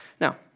Now